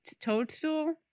toadstool